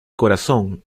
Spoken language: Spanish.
corazón